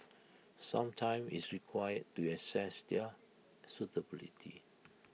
some time is required to assess their suitability